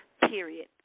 period